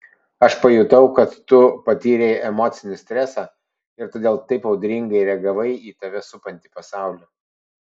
aš pajutau kad tu patyrei emocinį stresą ir todėl taip audringai reagavai į tave supantį pasaulį